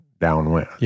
downwind